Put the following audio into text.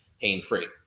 pain-free